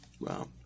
Wow